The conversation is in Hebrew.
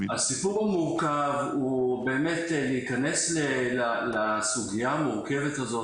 הסיפור המורכב הוא באמת להיכנס לסוגיה המורכבת הזאת,